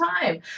time